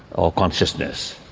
or consciousness,